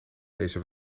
deze